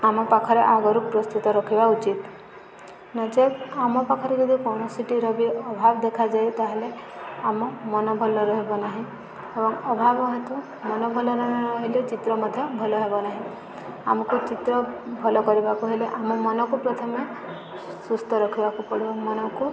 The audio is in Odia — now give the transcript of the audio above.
ଆମ ପାଖରେ ଆଗରୁ ପ୍ରସ୍ତୁତ ରଖିବା ଉଚିତ ନଚେତ୍ ଆମ ପାଖରେ ଯଦି କୌଣସିଟିର ବି ଅଭାବ ଦେଖାଯାଏ ତାହେଲେ ଆମ ମନ ଭଲ ରହିବ ନାହିଁ ଏବଂ ଅଭାବ ହେତୁ ମନ ଭଲ ନ ରହିଲେ ଚିତ୍ର ମଧ୍ୟ ଭଲ ହେବ ନାହିଁ ଆମକୁ ଚିତ୍ର ଭଲ କରିବାକୁ ହେଲେ ଆମ ମନକୁ ପ୍ରଥମେ ସୁସ୍ଥ ରଖିବାକୁ ପଡ଼ିବ ମନକୁ